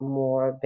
more